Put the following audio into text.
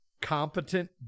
competent